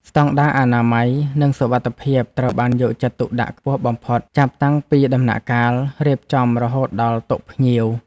ស្តង់ដារអនាម័យនិងសុវត្ថិភាពត្រូវបានយកចិត្តទុកដាក់ខ្ពស់បំផុតចាប់តាំងពីដំណាក់កាលរៀបចំរហូតដល់តុភ្ញៀវ។